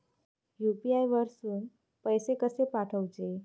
UPI वरसून पैसे कसे पाठवचे?